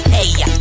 Hey